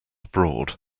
abroad